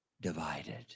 divided